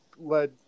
led